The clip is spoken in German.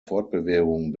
fortbewegung